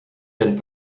den